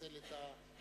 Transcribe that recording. לפצל את הבקשה